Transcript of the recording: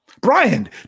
Brian